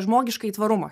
žmogiškąjį tvarumą